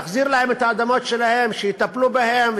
תחזיר להם את האדמות שלהם שיטפלו בהן,